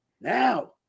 Now